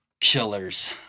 Killers